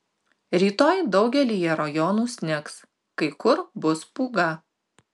rytoj daugelyje rajonų snigs kai kur bus pūga